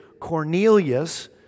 Cornelius